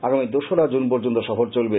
আগামী দোসরা জুন পর্যন্ত সফর চলবে